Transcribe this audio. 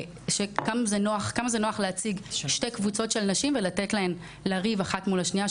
כמה זה נוח להציג שתי קבוצות של נשים ולתת להן לריב אחת מול השנייה?